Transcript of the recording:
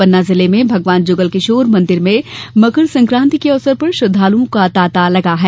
पन्ना जिले में भगवान जुगलकिशोर मंदिर में मकर संकान्ति के अवसर पर श्रद्वालुओं का तांता लगा है